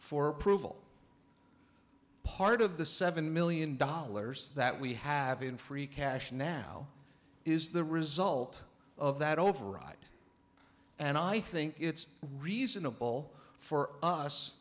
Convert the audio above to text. for approval part of the seven million dollars that we have in free cash now is the result of that override and i think it's reasonable for us